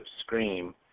scream